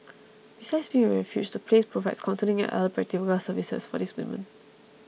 besides being a refuge the place provides counselling and other practical services for these women